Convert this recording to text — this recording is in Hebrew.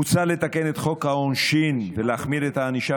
מוצע לתקן את חוק העונשין ולהחמיר את הענישה